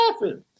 laughing